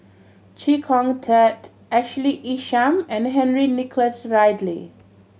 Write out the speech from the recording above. Chee Kong Tet Ashley Isham and Henry Nicholas Ridley